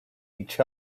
each